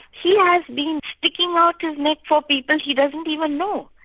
he has been sticking out his neck for people he doesn't even know,